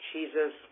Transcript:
Jesus